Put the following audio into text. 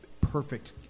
perfect